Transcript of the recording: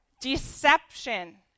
deception